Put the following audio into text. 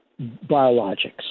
biologics